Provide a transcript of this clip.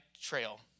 trail